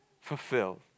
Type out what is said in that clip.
fulfilled